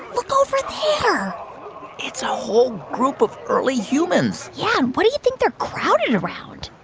look over there it's a whole group of early humans yeah. and what do you think they're crowded around?